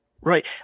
Right